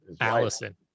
Allison